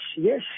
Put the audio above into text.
yes